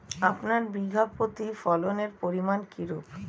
আপনার বিঘা প্রতি ফলনের পরিমান কীরূপ?